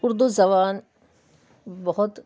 اردو زبان بہت